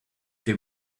they